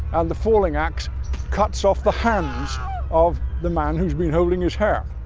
and the falling axe cuts off the hands of the man who's been holding his hair.